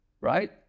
right